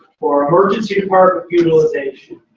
for emergency department utilization,